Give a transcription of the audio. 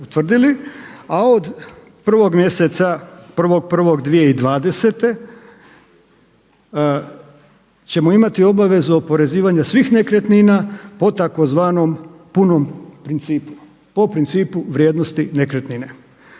1.1.2020. ćemo imati obavezu oporezivanja svih nekretnina po tzv. punom principu, po principu vrijednosti nekretnine